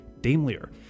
Daimler